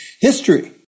history